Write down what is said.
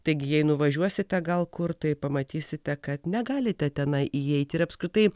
taigi jei nuvažiuosite gal kur tai pamatysite kad negalite tenai įeiti ir apskritai